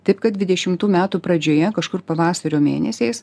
taip kad dvidešimtų metų pradžioje kažkur pavasario mėnesiais